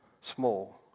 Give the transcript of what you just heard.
small